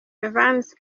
evans